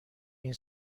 این